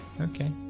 okay